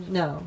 no